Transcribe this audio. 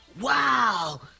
Wow